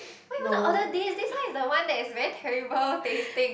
why you want to order this this one is the one that is very terrible tasting